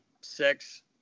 six